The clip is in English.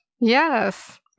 Yes